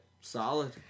Solid